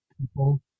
people